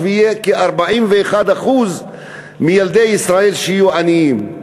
וכ-41% מילדי ישראל יהיו עניים.